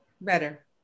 Better